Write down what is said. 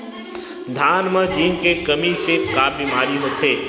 धान म जिंक के कमी से का बीमारी होथे?